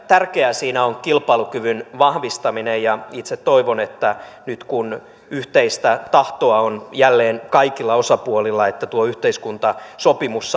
tärkeää siinä on kilpailukyvyn vahvistaminen itse toivon että nyt kun yhteistä tahtoa on jälleen kaikilla osapuolilla tuo yhteiskuntasopimus